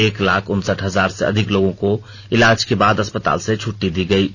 एक लाख उनसठ हजार से अधिक लोगों को इलाज के बाद अस्पताल से छुट्टी दी गई है